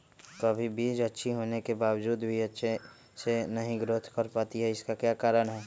कभी बीज अच्छी होने के बावजूद भी अच्छे से नहीं ग्रोथ कर पाती इसका क्या कारण है?